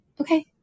okay